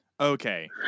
okay